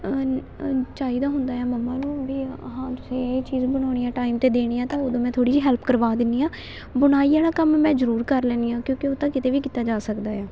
ਚਾਹੀਦਾ ਹੁੰਦਾ ਆ ਮੰਮਾ ਨੂੰ ਵੀ ਆਹ ਤੁਸੀਂ ਇਹ ਚੀਜ਼ ਬਣਾਉਣੀ ਆ ਟਾਈਮ 'ਤੇ ਦੇਣੀ ਆ ਤਾਂ ਉਦੋਂ ਮੈਂ ਥੋੜ੍ਹੀ ਜਿਹੀ ਹੈਲਪ ਕਰਵਾ ਦਿੰਦੀ ਹਾਂ ਬੁਣਾਈ ਵਾਲਾ ਕੰਮ ਮੈਂ ਜ਼ਰੂਰ ਕਰ ਲੈਂਦੀ ਹਾਂ ਕਿਉਂਕਿ ਉਹ ਤਾਂ ਕਿਤੇ ਵੀ ਕੀਤਾ ਜਾ ਸਕਦਾ ਏ ਆ